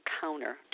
counter